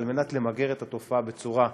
כדי למגר את התופעה בצורה מוחלטת,